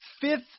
fifth